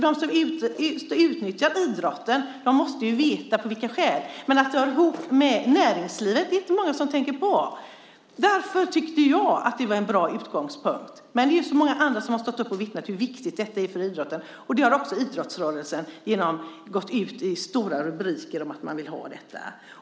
De som utnyttjar idrotten måste veta skälen. Men att den hör ihop med näringslivet är det inte många som tänker på. Därför tyckte jag att det var en bra utgångspunkt. Men det är så många andra som har stått upp och vittnat om hur viktigt detta är för idrotten. Också idrottsrörelsen har gått ut med stora rubriker om att man vill ha detta.